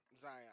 Zion